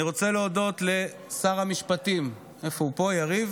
אני רוצה להודות לשר המשפטים, איפה הוא, פה, יריב?